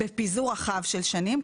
בפיזור רחב של שנים,